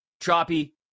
Choppy